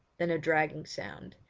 then a dragging sound,